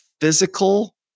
physical